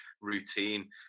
routine